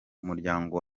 umuryango